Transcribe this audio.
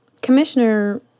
Commissioner